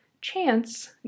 Chance